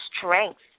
strength